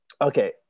Okay